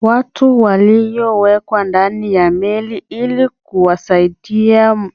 Watu waliowekwa ndani ya meli ili kuwasaidia